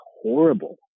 horrible